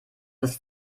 ist